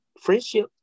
friendship